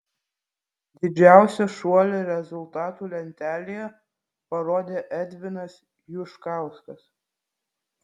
didžiausią šuolį rezultatų lentelėje parodė edvinas juškauskas